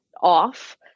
off